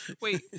Wait